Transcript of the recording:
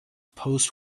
post